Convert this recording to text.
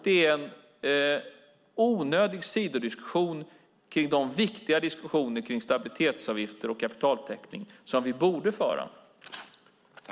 Det är en onödig sidodiskussion till de viktiga diskussioner om stabilitetsavgifter och kapitaltäckning som vi borde föra.